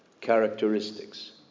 Characteristics